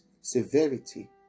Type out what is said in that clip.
severity